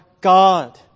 God